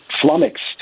flummoxed